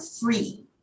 free